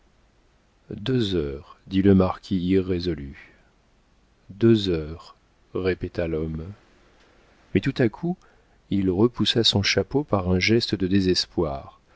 deux heures dit le marquis irrésolu deux heures répéta l'homme mais tout à coup il repoussa son chapeau par un geste de désespoir